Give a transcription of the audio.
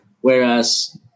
whereas